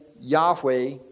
Yahweh